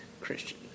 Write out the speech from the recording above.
Christian